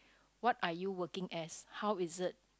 what are you working as how is it